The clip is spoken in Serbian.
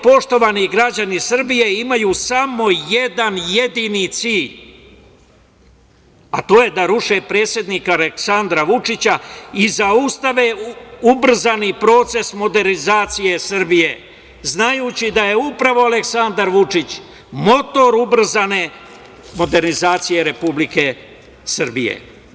Poštovani građani Srbije, oni imaju samo jedan jedini cilj, a to je da ruše predsednika Aleksandra Vučića i zaustave ubrzani proces modernizacije Srbije, znajući da je upravo Aleksandar Vučić motor ubrzane proces modernizacije Republike Srbije.